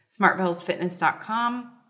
smartbellsfitness.com